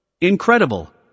Incredible